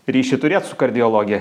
ryšį turėt su kardiologija